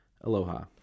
aloha